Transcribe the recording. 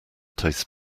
tastes